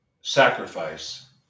sacrifice